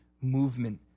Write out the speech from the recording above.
movement